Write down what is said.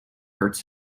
hurts